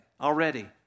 already